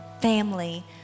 family